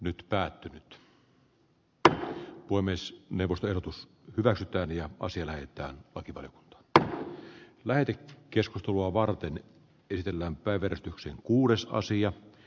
nyt päättynyt ddr voi myös de vos verotus rasittaa niitä voisi lähettää vaativat että lähetit keskustelua varten adoptoida lasta tällä hetkellä